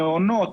המעונות,